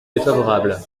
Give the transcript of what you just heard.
défavorable